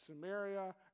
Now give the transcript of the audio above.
Samaria